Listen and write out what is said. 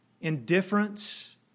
indifference